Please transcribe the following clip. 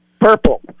Purple